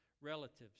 relatives